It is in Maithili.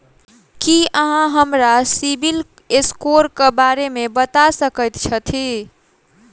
की अहाँ हमरा सिबिल स्कोर क बारे मे बता सकइत छथि?